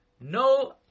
No